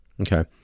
Okay